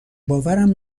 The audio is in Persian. باورم